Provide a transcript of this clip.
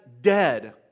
dead